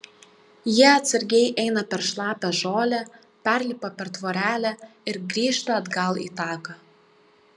jie atsargiai eina per šlapią žolę perlipa per tvorelę ir grįžta atgal į taką